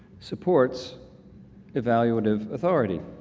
supports evaluative authority,